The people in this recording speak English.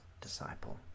disciple